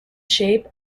shape